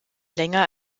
länger